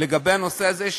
לגבי הנושא הזה,